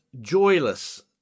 joyless